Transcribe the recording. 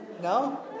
No